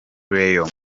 leon